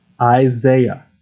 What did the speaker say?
Isaiah